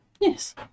Yes